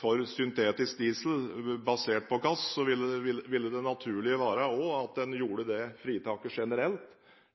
for syntetisk diesel basert på gass, ville det naturlige være at en gjorde det fritaket generelt,